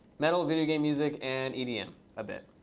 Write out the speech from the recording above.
metal videogame music and edm a and ah bit.